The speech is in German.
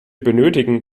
benötigen